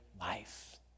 life